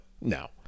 no